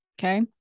Okay